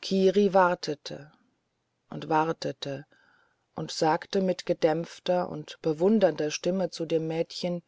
kiri wartete und wartete und sagte mit gedämpfter und bewundernder stimme zu dem mädchen